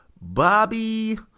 Bobby